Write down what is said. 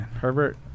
Herbert